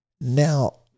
Now